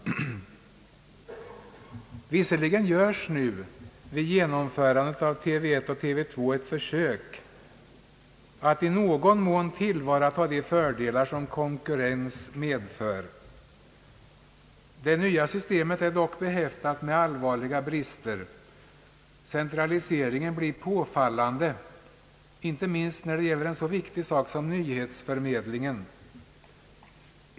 Visserligen görs nu vid genomförandet av TV 1 och TV 2 ett försök att i någon mån tillvarata de fördelar som konkurrens medför. Det nya systemet är dock behäftat med allvarliga brister. Centraliseringen blir påfallande, inte minst när det gäller en så viktig sak som nyhetsförmedlingen.